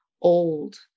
old